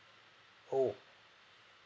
oh